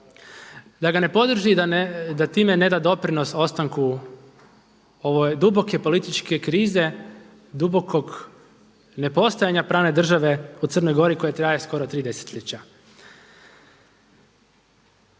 da ga ne podrži i da time neda doprinos ostanku ove duboke političke krize, dubokog nepostojanja pravne države u Crnoj Gori koje traje skoro 3 desetljeća.